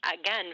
Again